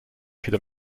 wieder